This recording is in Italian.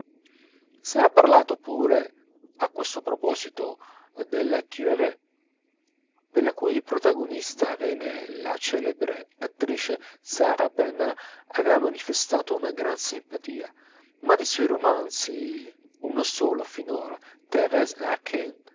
dell'assommoir s'era parlato pure a questo proposito della curée per la cui protagonista renée la celebre attrice sarah bernard aveva manifestato una gran simpatia ma dei suoi romanzi uno solo finora